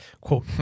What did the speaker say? quote